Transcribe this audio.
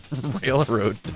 Railroad